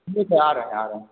ठीक है आ रहें आ रहें